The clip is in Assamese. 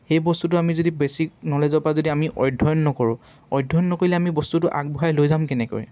সেই বস্তুটো আমি যদি বেছিক নলেজৰপৰা যদি আমি অধ্যয়ন নকৰোঁ অধ্যয়ন নকৰিলে আমি বস্তুটো আগবঢ়াই লৈ যাম কেনেকৈ